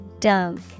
Dunk